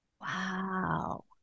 Wow